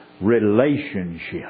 relationship